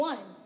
One